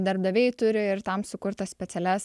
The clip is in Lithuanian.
darbdaviai turi ir tam sukurtas specialias